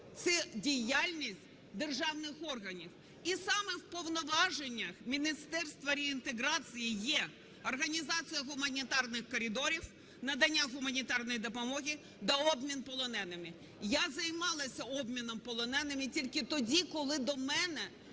це діяльність державних органів. І саме у повноваженнях Міністерства реінтеграції є організація гуманітарних коридорів, надання гуманітарної допомоги та обмін полоненими. Я займалася обміном полоненими тільки тоді, коли до мене…